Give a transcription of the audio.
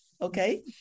okay